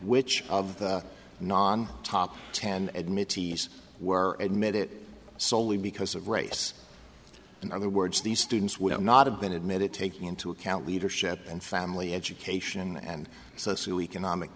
which of the non top ten admitting were admitted it soley because of race in other words these students would not have been admitted taking into account leadership and family education and socio economic